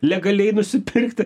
legaliai nusipirkti